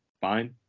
fine